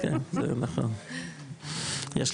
ככה כאובה,